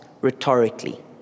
rhetorically